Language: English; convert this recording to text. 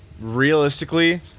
realistically